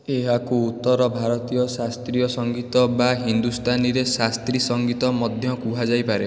ଏହାକୁ ଉତ୍ତର ଭାରତୀୟ ଶାସ୍ତ୍ରୀୟ ସଙ୍ଗୀତ ବା ହିନ୍ଦୁସ୍ତାନୀରେ ଶାସ୍ତ୍ରୀ ସଂଗୀତ ମଧ୍ୟ କୁହାଯାଇପାରେ